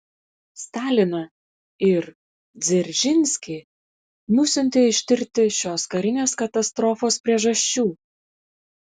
staliną ir dzeržinskį nusiuntė ištirti šios karinės katastrofos priežasčių